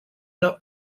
not